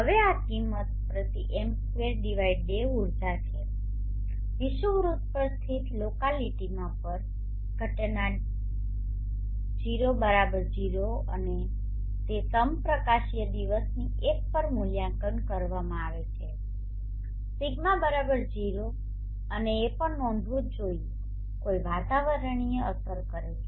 હવે આ કિંમત પ્રતિ m2day ઉર્જા છે વિષુવવૃત્તપર સ્થિત લોકાલીટીમાં પર ઘટના ϕ0 અને તે સમપ્રકાશીય દિવસની એક પર મૂલ્યાંકન કરવામાં આવે છે δ 0 અને એ પણ નોંધવું જ જોઇએ કોઈ વાતાવરણીય અસરો કરે છે